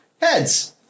Heads